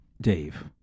Dave